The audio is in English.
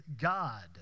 God